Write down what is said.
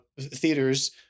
theaters